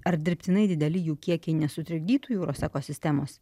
ar dirbtinai dideli jų kiekiai nesutrikdytų jūros ekosistemos